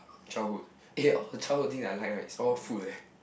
childhood eh all the childhood thing that I like right it's all food leh